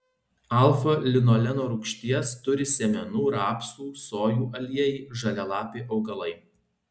alfa linoleno rūgšties turi sėmenų rapsų sojų aliejai žalialapiai augalai